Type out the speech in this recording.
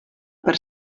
per